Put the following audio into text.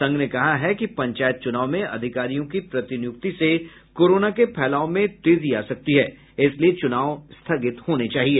संघ ने कहा है कि पंचायत चुनाव में अधिकारियों की प्रतिनियुक्ति से कोरोना के फैलाव में तेजी आ सकती है इसलिए चुनाव स्थगित होने चाहिए